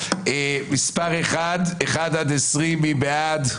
מתייחסת להסתייגויות 20-1, מי בעד?